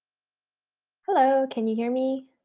hello. can you hear me?